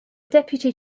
deputy